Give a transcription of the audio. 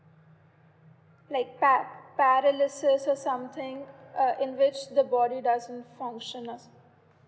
like pa~ paralysis or something uh in which the body doesn't function as